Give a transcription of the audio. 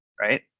right